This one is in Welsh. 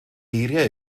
eiriau